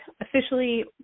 officially